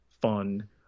fun